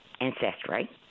ancestry